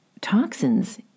toxins